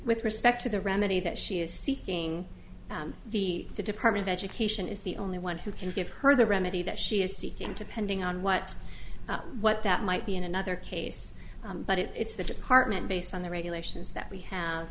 with respect to the remedy that she is seeking the department of education is the only one who can give her the remedy that she is seeking to pending on what what that might be in another case but it's the department based on the regulations that we have